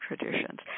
traditions